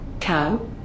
Cow